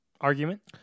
argument